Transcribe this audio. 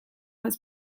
was